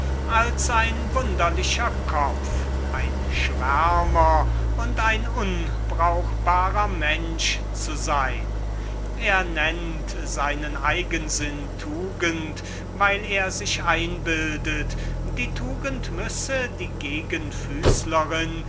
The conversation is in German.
als ein wunderlicher kopf ein schwärmer und ein unbrauchbarer mensch er nennt seinen eigensinn tugend weil er sich einbildet die tugend müsse die